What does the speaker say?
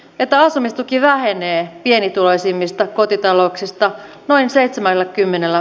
että asumistuki vähenee pienituloisimmista kotitalouksista noin seitsemälläkymmenellä